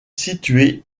située